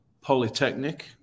Polytechnic